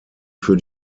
für